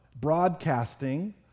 broadcasting